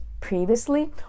previously